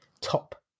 Top